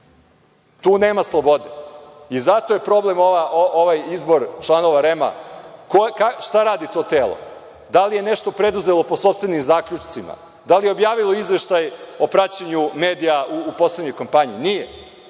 Tu nema slobode. Zato je problem ovaj izbor članova REM-a. Šta radi to telo? Da li je nešto preduzelo po sopstvenim zaključcima? Da li je objavilo izveštaj o praćenju medija u poslednjoj kampanji? Nije.